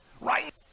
Right